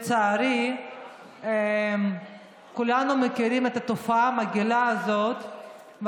לצערי, כולנו מכירים את התופעה המגעילה הזאת.